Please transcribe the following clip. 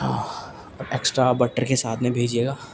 extra butter کے ساتھ میں بھیجیے گا